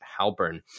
halpern